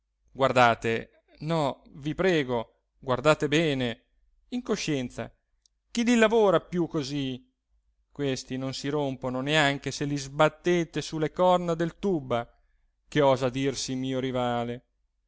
guardate no vi prego guardate bene in coscienza chi li lavora più così questi non si rompono neanche se li sbattete su le corna del tubba che osa dirsi mio rivale